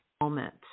moment